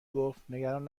گفتنگران